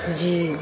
جی